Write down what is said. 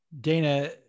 dana